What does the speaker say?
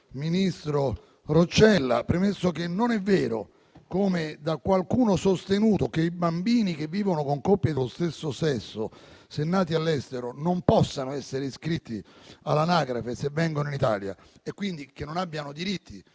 pari opportunità* - Premesso che: non è vero, come da qualcuno sostenuto, che i bambini che vivono con coppie dello stesso sesso, se nati all'estero, non possono essere iscritti all'anagrafe se vengono in Italia, e quindi non abbiano dei diritti,